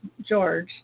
George